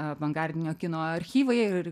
avangardinio kino archyvai ir